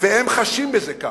והם חשים בזה כך.